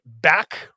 back